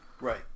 Right